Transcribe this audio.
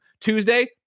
Tuesday